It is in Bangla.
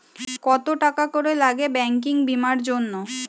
কত টাকা করে লাগে ব্যাঙ্কিং বিমার জন্য?